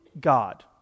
God